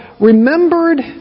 remembered